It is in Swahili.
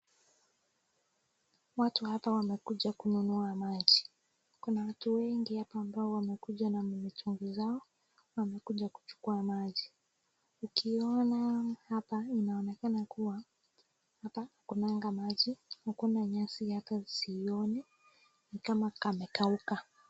Watu hapa wamekuja kununua maji. Kuna watu wengi hapa ambao wamekuja na mitungi zao, wamekuja kuchukua maji. Tukiona hapa inaonekana kuwa hapa hakunanga maji, hakuna nyasi hata siioni, ni kama kamekauka.